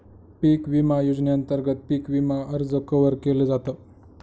पिक विमा योजनेअंतर्गत पिक विमा कर्ज कव्हर केल जात